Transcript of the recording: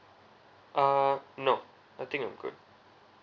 uh no I think I'm good